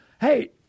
Hey